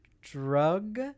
Drug